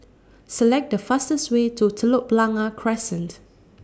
Select The fastest Way to Telok Blangah Crescent